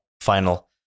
final